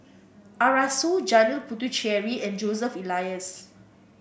Arasu Janil Puthucheary and Joseph Elias